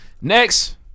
Next